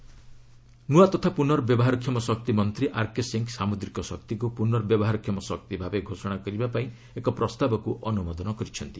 renewable energy ନ୍ତଆ ତଥା ପୁନର୍ବ୍ୟବହାରକ୍ଷମ ଶକ୍ତି ମନ୍ତ୍ରୀ ଆର୍କେ ସିଂ ସାମୁଦ୍ରିକ ଶକ୍ତିକୁ ପୁନର୍ବ୍ୟବହାରକ୍ଷମ ଶକ୍ତି ଭାବେ ଘୋଷଣା କରିବାପାଇଁ ଏକ ପ୍ରସ୍ତାବକୁ ଅନୁମୋଦନ କରିଛନ୍ତି